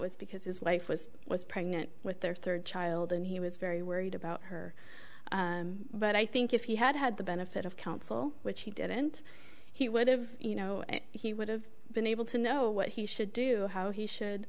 was because his wife was pregnant with their third child and he was very worried about her but i think if he had had the benefit of counsel which he didn't he would have you know he would have been able to know what he should do how he should